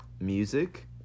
music